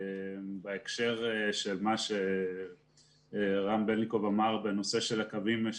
בהקשר של מה שרם בלניקוב אמר בנושא של הקווים,